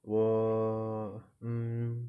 我 mm